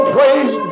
Praise